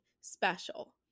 special